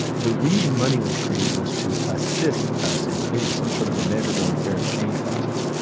the reason money was created was to assist us in creating some sort of a measurable fair exchange process.